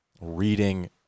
reading